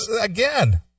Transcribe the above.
Again